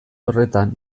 horretan